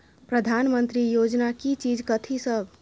प्रधानमंत्री योजना की चीज कथि सब?